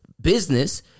business